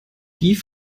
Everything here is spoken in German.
die